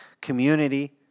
community